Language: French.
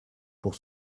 pour